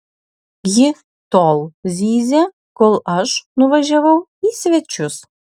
ji tol zyzė kol aš nuvažiavau į svečius